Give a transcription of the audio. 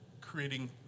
creating